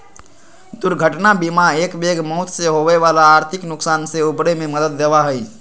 दुर्घटना बीमा एकबैग मौत से होवे वाला आर्थिक नुकसान से उबरे में मदद देवा हई